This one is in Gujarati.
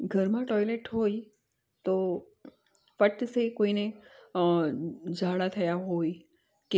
ઘરમાં ટોયલેટ હોય તો પટ્ટસે કોઈને ઝાડા થયા હોય કે